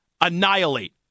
annihilate